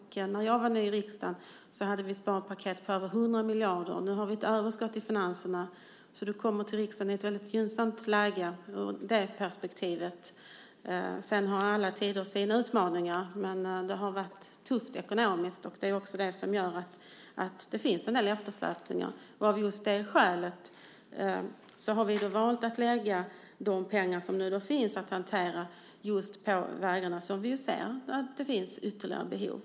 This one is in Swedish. När jag var ny i riksdagen hade vi sparpaket på över 100 miljarder. Nu har vi ett överskott i finanserna, så du kommer ur det perspektivet till riksdagen i ett mycket gynnsamt läge. Sedan har alla tider sina utmaningar. Men det har varit tufft ekonomiskt, och det är också det som gör att det finns en del eftersläpningar. Av just det skälet har vi valt att lägga de pengar som nu finns att hantera just på vägarna, där vi ser att det finns ytterligare behov.